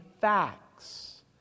facts